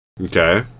Okay